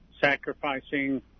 sacrificing